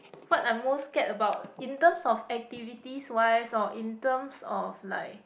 what I most scared about in terms of activities wise or in terms of like